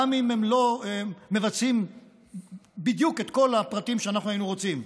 גם אם הם לא מבצעים בדיוק את כל הפרטים שאנחנו היינו רוצים.